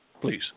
please